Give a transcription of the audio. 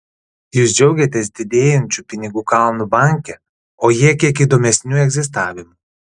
jūs džiaugiatės didėjančiu pinigų kalnu banke o jie kiek įdomesniu egzistavimu